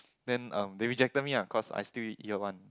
then uh they rejected me ah cause I still year one